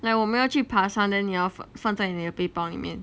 like 我们要去爬山 then 你要放在你的背包里面